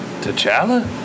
T'Challa